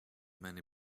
many